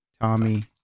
Tommy